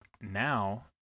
Now